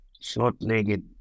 short-legged